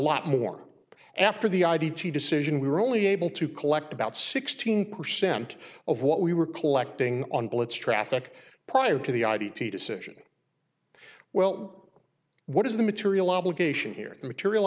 lot more after the id t decision we were only able to collect about sixteen percent of what we were collecting on blitz traffic prior to the i v t decision well what is the material obligation here the material